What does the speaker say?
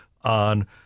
on